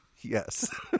Yes